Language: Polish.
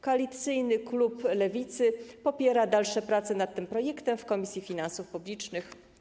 Koalicyjny klub Lewicy popiera dalsze prace nad tym projektem w Komisji Finansów Publicznych.